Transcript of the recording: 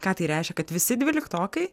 ką tai reiškia kad visi dvyliktokai